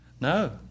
No